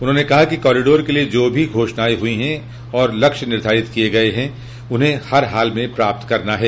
उन्होंने कहा कि कॉरिडोर के लिये जो भी घोषणाएं हुई है और लक्ष्य निर्धारित किये गये हैं उन्हें हर हाल में प्राप्त करना है